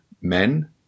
men